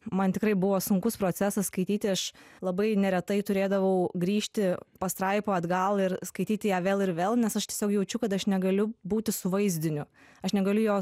man tikrai buvo sunkus procesas skaityt aš labai neretai turėdavau grįžti pastraipą atgal ir skaityti ją vėl ir vėl nes aš tiesiog jaučiu kad aš negaliu būti su vaizdiniu aš negaliu jo